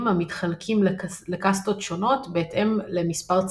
המתחלקים לקאסטות שונות בהתאם למספר צלעותיהם.